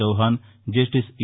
Chauhan justice a